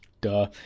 Duh